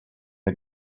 der